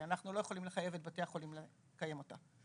אנחנו לא יכולים לחייב את בתי החולים לקיים אותה.